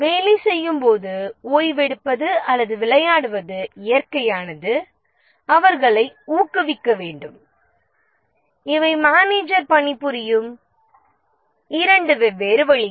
வேலை செய்யும் போது ஓய்வெடுப்பது அல்லது விளையாடுவது இயற்கையானது அவர்களை ஊக்குவிக்க வேண்டும் இவை மேனேஜர் பணிபுரியும் இரண்டு வெவ்வேறு வழிகள்